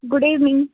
good evening